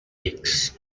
rics